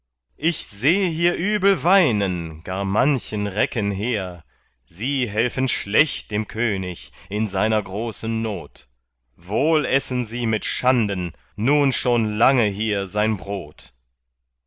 ich seh hier übel weinen gar manchen recken hehr sie helfen schlecht dem könig in seiner großen not wohl essen sie mit schanden nun schon lange hier sein brot